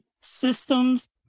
systems